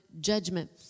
judgment